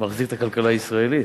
מחזיק את הכלכלה הישראלית.